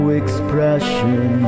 expression